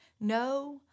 No